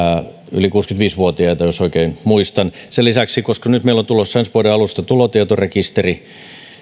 yli kuusikymmentäviisi vuotiaita jos oikein muistan sen lisäksi kun nyt meille on tulossa ensi vuoden alusta tulotietorekisteri